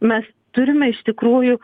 mes turime iš tikrųjų